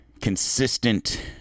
consistent